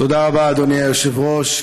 תודה רבה, אדוני היושב-ראש.